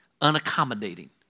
unaccommodating